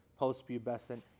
postpubescent